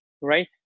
Right